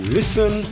Listen